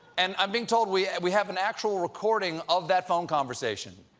and i'm being told we and we have an actual recording of that phone conversation.